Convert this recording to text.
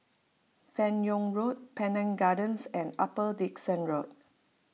Fan Yoong Road Pandan Gardens and Upper Dickson Road